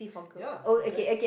yeah for guys